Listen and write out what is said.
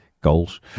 goals